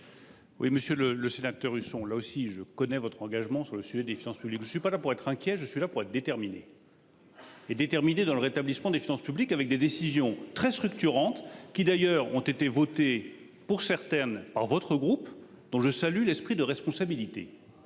Oui monsieur le le sénateur Husson, là aussi je connais votre engagement sur le sujet des finances publiques. Je ne suis pas là pour être inquiet, je suis là pour être déterminée. Et déterminé dans le rétablissement des finances publiques avec des décisions très structurante qui d'ailleurs ont été votées pour certaines à votre groupe dont je salue l'esprit de responsabilité.